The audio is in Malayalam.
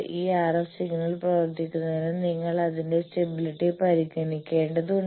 ഈ RF സിഗ്നൽ പ്രവർത്തിപ്പിക്കുന്നതിന് നിങ്ങൾ അതിന്റെ സ്റ്റബിലിറ്റി പരിഗണിക്കേണ്ടതുണ്ട്